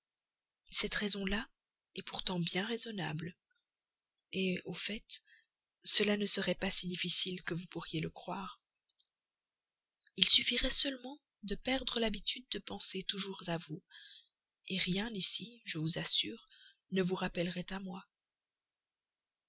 cette raison là est pourtant bien raisonnable au fait cela ne serait pas si difficile que vous pourriez le croire il suffirait seulement de me déshabituer de penser toujours à vous rien ici je vous assure ne vous rappellerait à moi